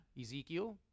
Ezekiel